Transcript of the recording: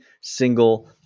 single